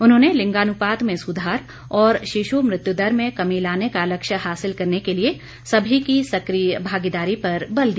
उन्होंने लिंगानुपात में सुधार और शिशु मृत्यु दर में कमी लाने का लक्ष्य हासिल करने के लिए सभी की सक्रिय भागीदारी पर बल दिया